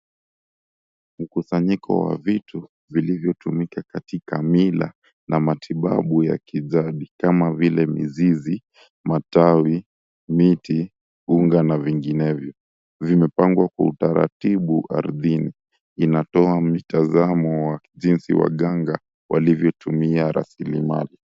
Mkusanyiko wa vitu vilivyotumika katika mila na matibabu ya kijadi kama vile mizizi, matawi, miti, unga na vinginevyo, vimepangwa kwa utaratibu ardhini. Inatoa mitazamo jinsi waganga walivyotumia rasilimali.